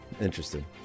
Interesting